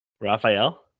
Raphael